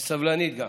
וסבלנית גם,